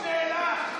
תתבייש לך.